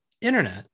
internet